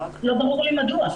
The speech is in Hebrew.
לא ברור לי מדוע.